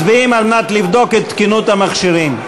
מצביעים כדי לבדוק את תקינות המכשירים.